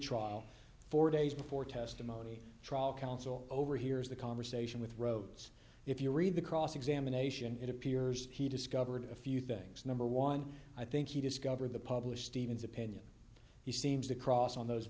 retrial four days before testimony trial counsel overhears the conversation with rhodes if you read the cross examination it appears he discovered a few things number one i think he discovered the publish stevens opinion he seems to cross on those